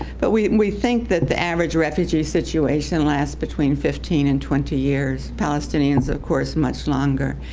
but we we think that the average refugee situation lasts between fifteen and twenty years. palestinians of course much longer.